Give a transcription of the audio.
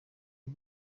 uru